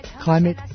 Climate